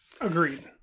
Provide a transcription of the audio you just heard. agreed